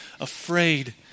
afraid